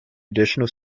additional